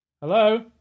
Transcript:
Hello